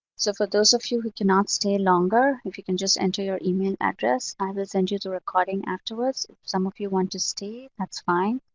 so for those of you who cannot stay longer, if you can just enter your email address, i will send you the recording afterwards. if some of you want to stay, that's fine.